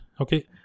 okay